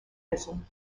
ism